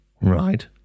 Right